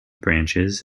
branches